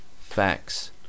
facts